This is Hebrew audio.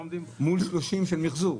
מול 30 של מחזור.